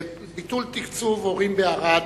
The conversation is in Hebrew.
ביטול תקצוב הורים בערד,